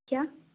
क्या